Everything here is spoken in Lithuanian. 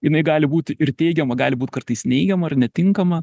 jinai gali būti ir teigiama gali būt kartais neigiama ar netinkama